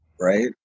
right